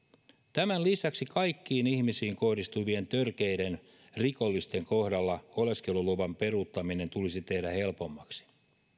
tämän lisäksi kaikkiin ihmisiin kohdistuvien törkeiden rikosten kohdalla oleskeluluvan peruuttaminen tulisi tehdä helpommaksi